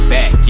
Back